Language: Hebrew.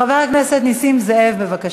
חבר הכנסת נסים זאב, בבקשה.